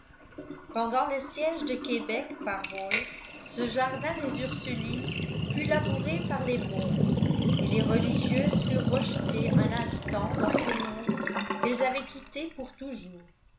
pendant le siège de québec par wolfe ce jardin des ursulines fut labouré par les bombes et les religieuses furent rejetées un instant dans ce monde qu'elles avaient quitté pour toujours